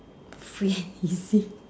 free and easy